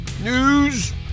News